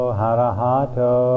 harahato